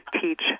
TEACH